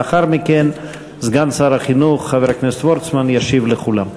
לאחר מכן סגן שר החינוך חבר הכנסת וורצמן ישיב לכולם.